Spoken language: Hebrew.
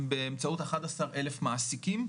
באמצעות אחד עשר אלף מעסיקים.